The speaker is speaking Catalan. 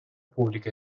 públic